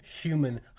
human